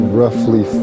roughly